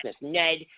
Ned